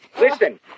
Listen